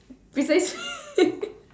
precisely